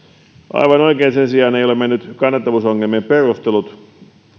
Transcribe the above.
aivan oikein sen sijaan eivät ole menneet kannattavuusongelmien perustelut